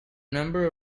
number